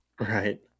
Right